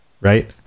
Right